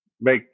make